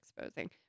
exposing